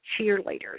cheerleaders